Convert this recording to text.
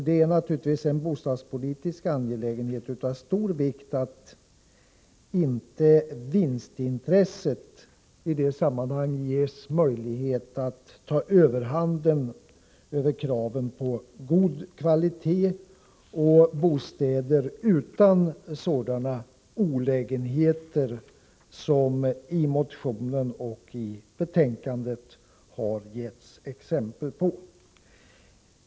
Det är naturligtvis en bostadspolitisk angelägenhet av stor vikt att inte vinstintresset i sammanhanget ges möjlighet att ta överhand över kraven på god kvalitet och bostäder utan de olägenheter som det har getts exempel på i motionen och betänkandet.